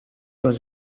was